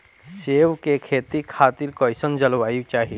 सेब के खेती खातिर कइसन जलवायु चाही?